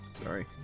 sorry